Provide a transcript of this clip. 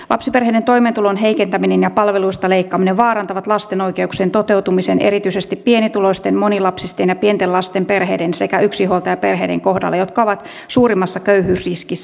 lapsiperheiden toimeentulon heikentäminen ja palveluista leikkaaminen vaarantavat lasten oikeuksien toteutumisen erityisesti pienituloisten monilapsisten ja pienten lasten perheiden sekä yksinhuoltajaperheiden kohdalla jotka ovat suurimmassa köyhyysriskissä